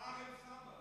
סר, בסמ"ך.